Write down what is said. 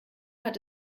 hat